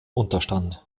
unterstand